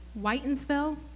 Whitensville